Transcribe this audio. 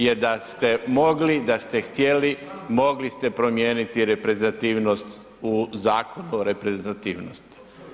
Jer da ste mogli, da ste htjeli, mogli ste promijeniti reprezentativnost u Zakonu o reprezentativnosti.